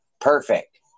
Perfect